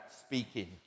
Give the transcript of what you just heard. speaking